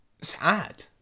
sad